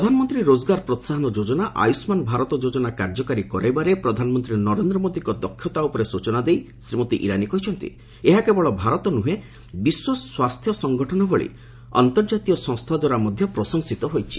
ପ୍ରଧାନମନ୍ତ୍ରୀ ରୋଜଗାର ପ୍ରୋହାହନ ଯୋଜନା ଓ ଆୟୁଷ୍ମାନ ଭାରତ ଯୋଜନା କାର୍ଯ୍ୟକାରୀ କରାଇବାରେ ପ୍ରଧାନମନ୍ତ୍ରୀ ନରେନ୍ଦ୍ର ମୋଦିଙ୍କ ଦକ୍ଷତା ଉପରେ ସୂଚନା ଦେଇ ଶ୍ରୀମତୀ ଇରାନୀ କହିଛନ୍ତି ଏହା କେବଳ ଭାରତ ନୁହେଁ ଅର୍ନ୍ତଜାତୀୟ ସଂସ୍ଥା ଓ ବିଶ୍ୱ ସ୍ୱାସ୍ଥ୍ୟ ସଂଗଠନ ଭଳି ଅର୍ନ୍ତଜାତୀୟ ସଂସ୍ଥା ଦ୍ୱାରା ମଧ୍ୟ ପ୍ରଶଂସିତ ହୋଇଛି